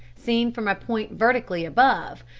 seen from a point vertically above,